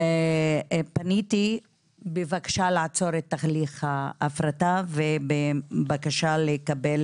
פניתי בבקשה לעצור את תהליך ההפרטה ובבקשה לקבל